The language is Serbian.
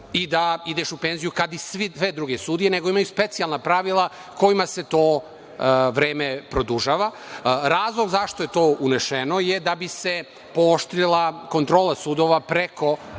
i da ideš u penziju kada i sve druge sudije, nego imaju i specijalna pravila kojima se to vreme produžava. Razlog zašto je to uneto je da bi se pooštrila kontrola sudova preko